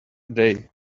day